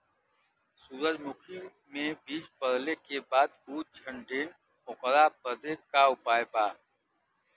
सुरजमुखी मे बीज पड़ले के बाद ऊ झंडेन ओकरा बदे का उपाय बा?